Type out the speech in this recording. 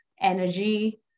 energy